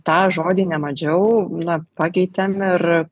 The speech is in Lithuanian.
tą žodį ne mažiau na pakeitėm ir